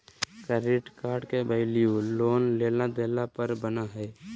credit card के value loan लेला देला पर बना हइ